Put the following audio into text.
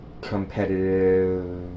competitive